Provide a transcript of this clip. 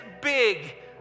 big